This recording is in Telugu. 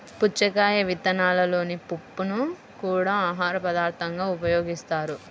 పుచ్చకాయ విత్తనాలలోని పప్పుని కూడా ఆహారపదార్థంగా ఉపయోగిస్తారు